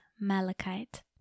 malachite